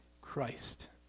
Christ